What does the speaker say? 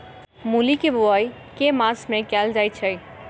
मूली केँ बोआई केँ मास मे कैल जाएँ छैय?